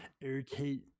irritate